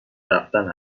رفتن